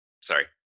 Sorry